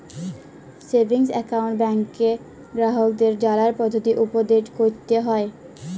savings account ব্যাংকে গ্রাহককে জালার পদ্ধতি উপদেট ক্যরতে হ্যয়